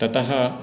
ततः